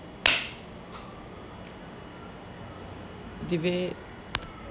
debate